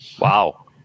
Wow